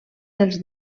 dels